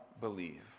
believe